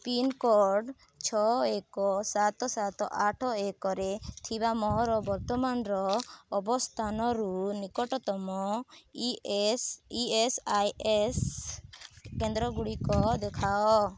pincode ଛଅ ଏକ ସାତ ସାତ ଆଠ ଏକରେ ଥିବା ମୋହର ବର୍ତ୍ତମାନର ଅବସ୍ଥାନରୁ ନିକଟତମ E S E S I S କେନ୍ଦ୍ରଗୁଡ଼ିକ ଦେଖାଅ